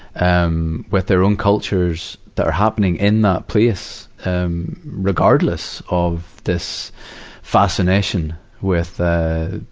um, with their own cultures that are happening in that place, um, regardless of this fascination with, ah,